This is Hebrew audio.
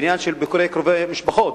בעניין של ביקורי קרובי משפחות,